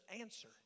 answer